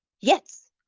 yes